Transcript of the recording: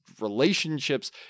relationships